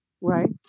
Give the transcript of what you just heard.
right